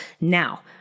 Now